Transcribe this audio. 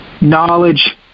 knowledge